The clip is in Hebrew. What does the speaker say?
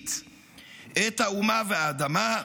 גזעית את האומה והאדמה,